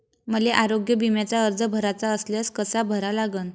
मले आरोग्य बिम्याचा अर्ज भराचा असल्यास कसा भरा लागन?